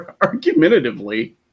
argumentatively